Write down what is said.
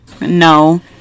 no